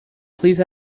please